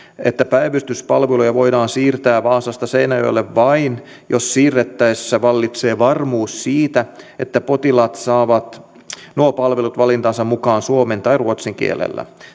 että päivystyspalveluja voidaan siirtää vaasasta seinäjoelle vain jos siirrettäessä vallitsee varmuus siitä että potilaat saavat nuo palvelut valintansa mukaan suomen tai ruotsin kielellä